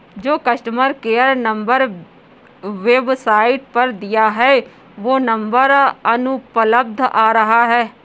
जो customer care number website पर दिया है वो नंबर अनुपलब्ध आ रहा है